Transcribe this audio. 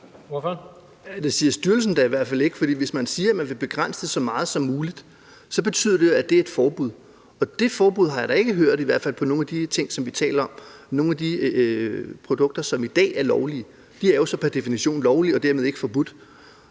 (V): Det siger styrelsen da i hvert fald ikke, fordi hvis man siger, at man vil begrænse det så meget som muligt, så betyder det jo, at der skal være et forbud, og det forbud har jeg da ikke hørt om, i hvert fald ikke i forhold til nogle af de ting, som vi taler om. Nogle af de produkter, som i dag er lovlige, er jo pr. definition lovlige og dermed ikke forbudt.